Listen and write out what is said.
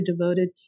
devoted